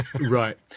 Right